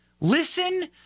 Listen